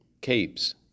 capes